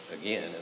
again